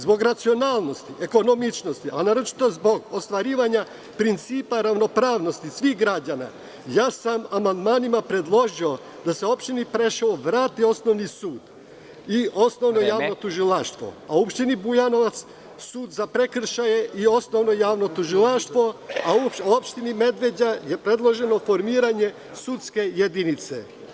Zbog racionalnosti, ekonomičnosti, a naročito zbog ostvarivanja principa ravnopravnosti svih građana, ja sam amandmanima predložio da se opštini Preševo vrati osnovni sud i osnovno javno tužilaštvo, a opštini Bujanovac sud za prekršaje i osnovno javno tužilaštvo, a opštini Medveđa je predloženo formiranje sudske jedinice.